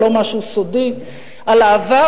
זה לא משהו סודי, על העבר.